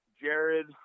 jared